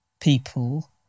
people